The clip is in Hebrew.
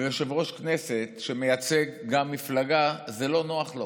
ויושב-ראש כנסת, שמייצג גם מפלגה, זה לא נוח לו.